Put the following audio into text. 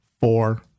Four